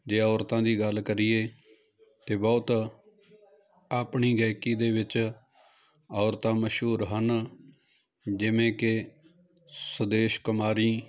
ਜੇ ਔਰਤਾਂ ਦੀ ਗੱਲ ਕਰੀਏ ਤਾਂ ਬਹੁਤ ਆਪਣੀ ਗਾਇਕੀ ਦੇ ਵਿੱਚ ਔਰਤਾਂ ਮਸ਼ਹੂਰ ਹਨ ਜਿਵੇਂ ਕਿ ਸੁਦੇਸ਼ ਕੁਮਾਰੀ